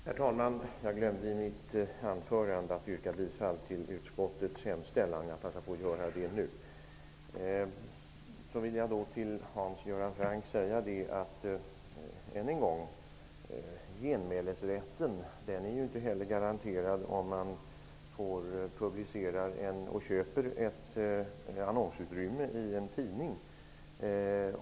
Herr talman! Jag glömde i mitt anförande att yrka bifall till utskottets hemställan, så jag passar på att göra det nu. Till Hans Göran Franck vill jag än en gång säga att genmälesrätten inte heller är garanterad när man köper annonsutrymme i en tidning.